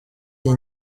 iyo